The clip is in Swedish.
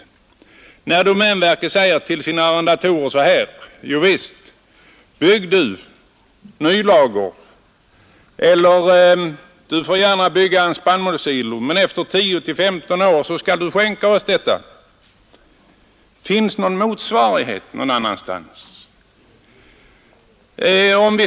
Domänverket kan t.ex. säga till sina arrendatorer: Jovisst, bygg du nytt i ladugården eller uppför gärna en spannmålssilo, men efter 10—15 år skall du skänka detta till oss! — Finns det någon motsvarighet till detta någon annanstans?